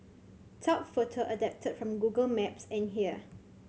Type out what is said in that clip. top photo adapted from Google Maps and here